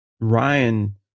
Ryan